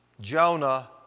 Jonah